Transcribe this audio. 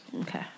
Okay